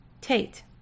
Tate